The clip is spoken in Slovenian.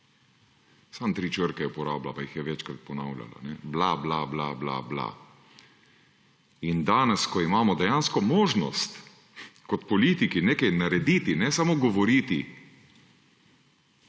Samo tri črke je uporabila, pa jih je večkrat uporabljala: bla, bla, bla, bla, bla. Danes, ko imamo dejansko možnost kot politiki nekaj narediti, ne samo govoriti,